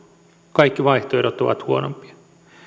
kaikki vaihtoehdot ovat huonompia